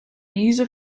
user